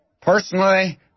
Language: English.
Personally